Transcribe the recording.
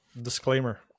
disclaimer